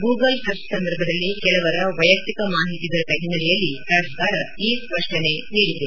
Google search ಸಂದರ್ಭದಲ್ಲಿ ಕೆಲವರ ವ್ವೆಯಕ್ತಿಯ ಮಾಹಿತಿ ದೊರೆತ ಹಿನ್ನೆಲೆಯಲ್ಲಿ ಪ್ರಾಧಿಕಾರ ಈ ಸ್ಪಷ್ಟನೆ ನೀಡಿದೆ